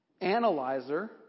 analyzer